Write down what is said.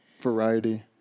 variety